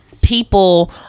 people